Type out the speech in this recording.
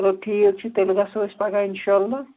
چلو ٹھیٖک چھُ تیٚلہِ گژھو أسۍ پگاہ اِنشا اللہ